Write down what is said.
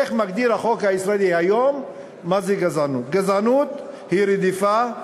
איך מגדיר החוק הישראלי היום מה זה גזענות: גזענות היא "רדיפה,